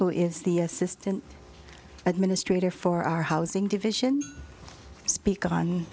who is the assistant administrator for our housing division speak on